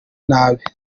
nabi